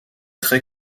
très